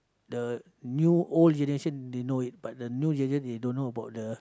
the new old generation they know it but the new generation they don't know about the